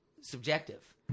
subjective